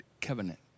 covenant